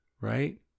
right